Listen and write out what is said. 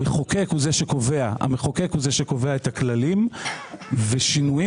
המחוקק הוא זה שקובע את הכללים ושינויים